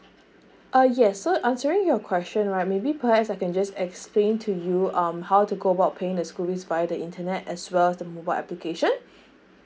uh yes so answering your question right maybe perhaps I can just explain to you um how to go about paying the school fees via the internet as well as the mobile application